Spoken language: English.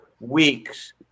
weeks